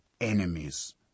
enemies